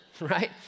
Right